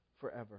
forever